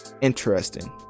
interesting